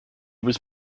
was